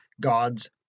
God's